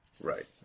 right